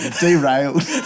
Derailed